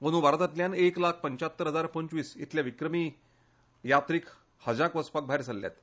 अंद् भारतांतल्यान एक लाख पंच्यात्तर हजार पंचवीस इतल्या विक्रमी यात्रिक हजाक वचपाक भायर सरल्यात